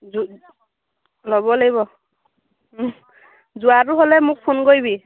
ল'ব লাগিব যোৱাটো হ'লে মোক ফোন কৰিবি